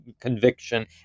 conviction